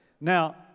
Now